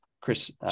Chris